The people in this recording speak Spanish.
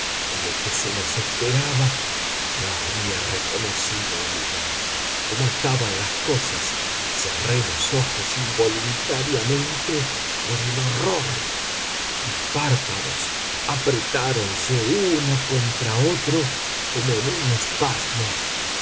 y lo que se nos esperaba no habría reconocido el lugar como estaban las cosas cerré los ojos involuntariamente por el horror mis párpados apretáronse uno contra otro como en un espasmo